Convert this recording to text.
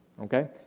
Okay